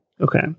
Okay